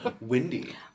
Windy